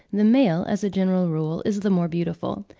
the male as a general rule is the more beautiful,